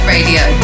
Radio